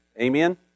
Amen